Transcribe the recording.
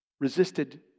Resisted